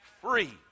free